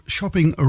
Shopping